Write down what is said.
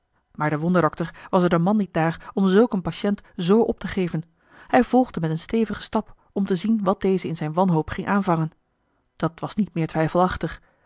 maar de wonderdokter was er de man niet naar om zulk een patiënt z op te geven hij volgde met een stevigen stap om te zien wat deze in zijn wanhoop ging aanvangen dat was niet meer twijfelachtig